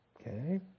Okay